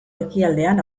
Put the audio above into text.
ekialdean